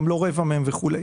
גם לא רבע מהם וכו'.